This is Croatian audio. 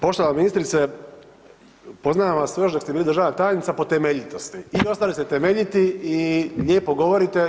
Poštovana ministrice, poznajem vas još dok ste bili državna tajnica po temeljitosti i ostali ste temeljiti i lijepo govorite.